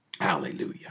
Hallelujah